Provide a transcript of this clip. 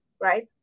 right